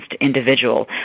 individual